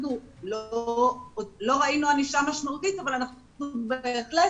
אנחנו לא ראינו ענישה משמעותית אבל אנחנו בהחלט